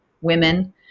women